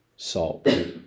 salt